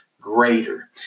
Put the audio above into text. greater